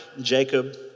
Jacob